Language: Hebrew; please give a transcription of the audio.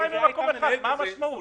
מה המשמעות?